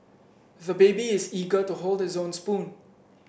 the baby is eager to hold this own spoon